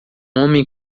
homem